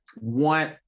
want